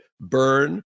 burn